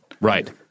Right